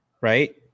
right